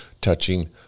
touching